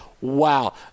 Wow